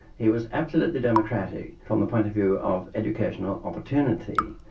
he was absolutely democratic from the point of view of educational opportunity.